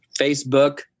Facebook